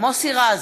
מוסי רז,